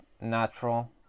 natural